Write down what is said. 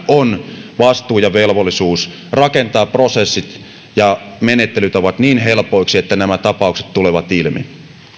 on vastuu ja velvollisuus rakentaa prosessit ja menettelytavat niin helpoiksi että nämä tapaukset tulevat ilmi